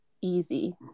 easy